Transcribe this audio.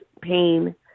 pain